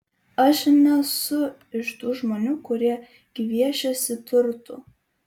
aš nesu iš tų žmonių kurie gviešiasi turtų